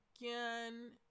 again